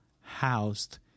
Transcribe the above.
housed